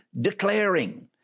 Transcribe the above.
declaring